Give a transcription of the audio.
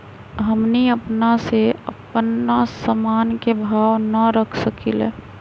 हमनी अपना से अपना सामन के भाव न रख सकींले?